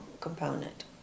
component